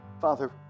Father